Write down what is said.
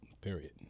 Period